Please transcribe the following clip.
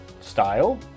style